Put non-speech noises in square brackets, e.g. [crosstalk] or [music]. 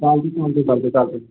चालत आहे की [unintelligible] चालत आहे